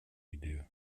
gidiyor